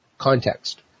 Context